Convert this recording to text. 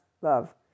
love